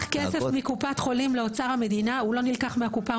כסף מקופת חולים לאוצר המדינה הוא לא נלקח מהקופה,